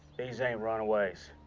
these ain't runaways.